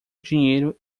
dinheiro